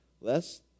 less